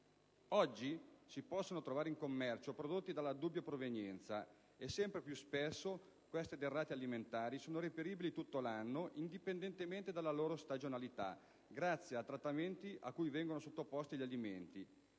Oggi si possono trovare in commercio prodotti dalla dubbia provenienza e, sempre più spesso, queste derrate alimentari sono reperibili tutto l'anno, indipendentemente dalla loro stagionalità, grazie a trattamenti a cui vengono sottoposti gli alimenti.